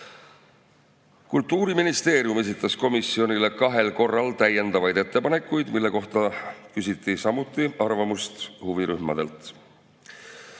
Kultuuriministeerium esitas komisjonile kahel korral täiendavaid ettepanekuid, mille kohta küsiti samuti arvamust huvirühmadelt. Komisjon